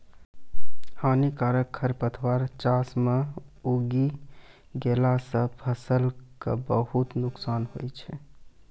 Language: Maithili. हानिकारक खरपतवार चास मॅ उगी गेला सा फसल कॅ बहुत नुकसान होय छै